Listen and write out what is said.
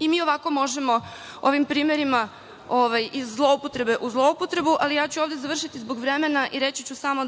I mi ovako možemo ovim primerima iz zloupotrebe u zloupotrebu, ali ovde ću završiti zbog vremena i reći ću samo